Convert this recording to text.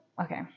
okay